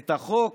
את החוק